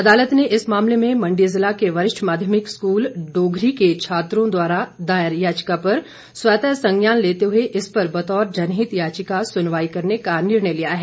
अदालत ने इस मामले में मंडी ज़िला के वरिष्ठ माध्यमिक स्कूल डोघरी के छात्रों द्वारा दायर याचिका पर स्वतः संज्ञान लेते हुए इस पर बतौर जनहित याचिका सुनवाई करने का निर्णय लिया है